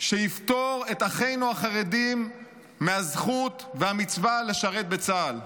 שיפטור את אחינו החרדים מהזכות ומהמצווה לשרת בצה"ל?